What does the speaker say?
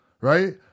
Right